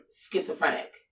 schizophrenic